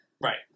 Right